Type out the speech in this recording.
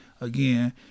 again